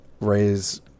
raise